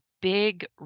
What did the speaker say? big